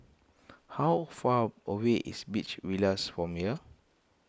how far away is Beach Villas from here